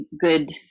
good